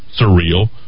surreal